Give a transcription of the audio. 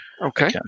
Okay